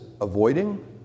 avoiding